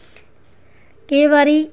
केईं बारी